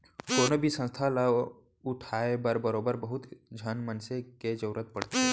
कोनो भी संस्था ल उठाय बर बरोबर बहुत झन मनसे के जरुरत पड़थे